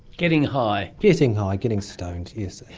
getting high. getting high, getting stoned, yes.